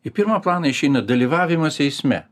į pirmą planą išeina dalyvavimas eisme